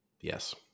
Yes